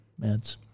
meds